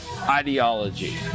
ideology